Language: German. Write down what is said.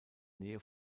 nähe